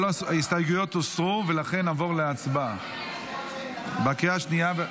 כל ההסתייגויות הוסרו ולכן נעבור להצבעה בקריאה השנייה.